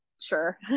Sure